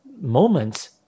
moments